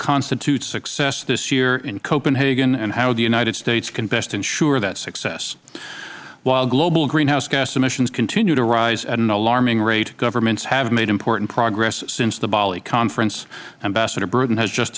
constitute success this year in copenhagen and how the united states can best ensure that success while global greenhouse gas emissions continue to rise at an alarming rate governments have made important progress since the bali conference ambassador bruton has just